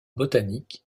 botanique